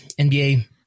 NBA